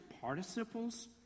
participles